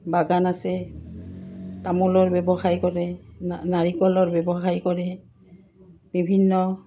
বাগান আছে তামোলৰ ব্যৱসায় কৰে নাৰিকলৰ ব্যৱসায় কৰে বিভিন্ন